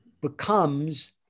becomes